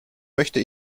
möchte